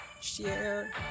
share